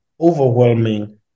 overwhelming